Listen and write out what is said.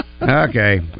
Okay